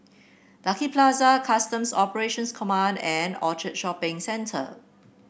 Lucky Plaza Customs Operations Command and Orchard Shopping Centre